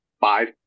five